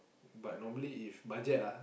but normally if budget ah